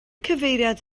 cyfeiriad